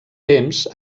temps